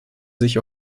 sich